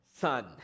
son